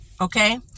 Okay